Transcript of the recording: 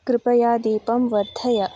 कृपया दीपं वर्धय